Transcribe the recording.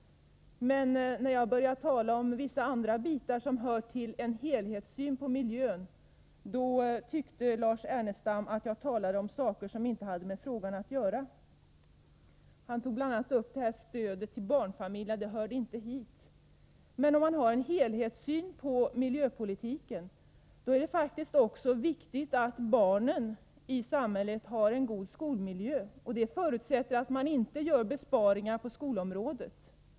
Men när jag började tala om vissa andra delar som hör till en helhetssyn på miljön tyckte Lars Ernestam att jag talade om saker som inte har med frågan att göra. Han tog bl.a. upp stödet till barnfamiljerna och sade att det inte hör hit: Men har man en helhetssyn på miljöpolitiken anser man faktiskt också att det är viktigt att barnen i samhället har god skolmiljö — och det förutsätter att man inte gör besparingar på skolområdet.